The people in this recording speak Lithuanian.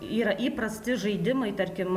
yra įprasti žaidimai tarkim